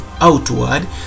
outward